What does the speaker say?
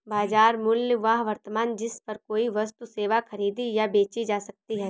बाजार मूल्य वह वर्तमान जिस पर कोई वस्तु सेवा खरीदी या बेची जा सकती है